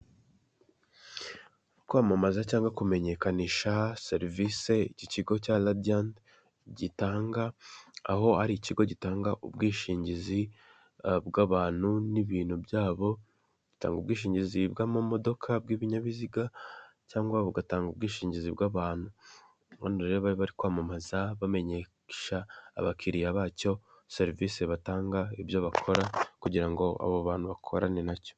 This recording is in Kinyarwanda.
Mu kwamamaza cyangwa ku menyekanisha serivisi iki kigo cya radiant gitanga, aho ari ikigo gitanga ubwishingizi bw'abantu n'ibintu byabo bitanga, ubwishingizi bw'amamodoka, bw'ibinyabiziga cyangwa bugatanga ubwishingizi bw'abantu, ubu rero bari kwamamaza bamenyesha abakiriya bacyo serivisi batanga ibyo bakora kugira abo bantu bakorane nacyo.